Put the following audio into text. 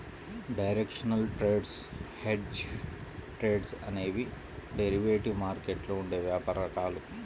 directional trades, hedged trades అనేవి derivative మార్కెట్లో ఉండే వ్యాపార రకాలు